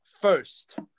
first